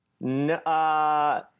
No